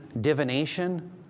divination